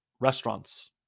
restaurants